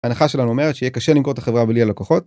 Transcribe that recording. ההנחה שלנו אומרת שיהיה קשה למכור את החברה בלי הלקוחות.